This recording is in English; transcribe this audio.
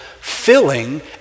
filling